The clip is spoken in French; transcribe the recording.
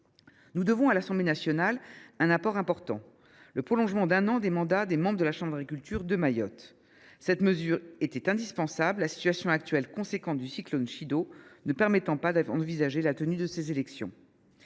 Nous devons à l’Assemblée nationale un apport important : le prolongement d’un an des mandats des membres de la chambre d’agriculture de Mayotte. Cette mesure était indispensable, la situation actuelle, conséquence du cyclone Chido, ne permettant pas d’envisager la tenue des élections.